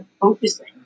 focusing